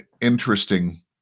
interesting